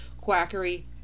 quackery